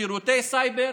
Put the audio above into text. שירותי סייבר,